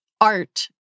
art